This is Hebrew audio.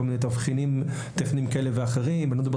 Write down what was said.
כל מיני תבחינים טכניים כאלה ואחרים ואני לא מדבר